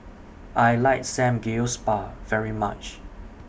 I like Samgeyopsal very much